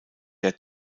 der